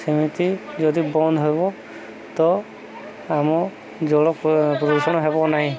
ସେମିତି ଯଦି ବନ୍ଦ ହବ ତ ଆମ ଜଳ ପ୍ରଦୂଷଣ ହେବ ନାହିଁ